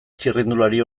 txirrindulari